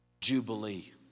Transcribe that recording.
jubilee